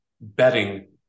betting